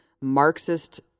Marxist